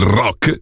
rock